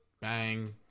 Bang